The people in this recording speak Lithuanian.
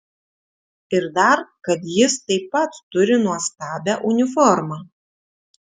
ir dar kad jis taip pat turi nuostabią uniformą